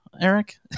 Eric